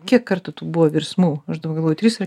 kiek kartų tų buvo virsmų aš dabar galvoju trys ar